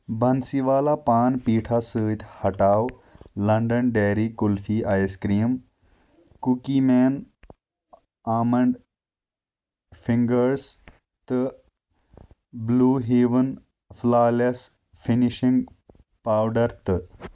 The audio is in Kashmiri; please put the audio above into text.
بنسیٖوالا پان پیٖٹھا سۭتۍ ہٹاو London dairy kulfi ice cream cookie man almond fingers تہٕ blue heaven flawless finishing powder تہٕ